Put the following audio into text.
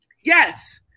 Yes